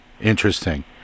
Interesting